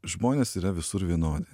žmonės yra visur vienodi